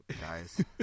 guys